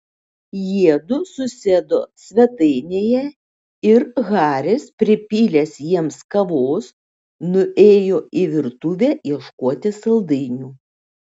jiedu susėdo svetainėje ir haris pripylęs jiems kavos nuėjo į virtuvę ieškoti saldainių